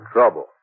Trouble